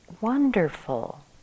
wonderful